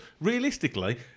realistically